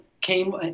came